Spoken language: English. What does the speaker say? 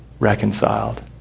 Reconciled